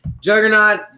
Juggernaut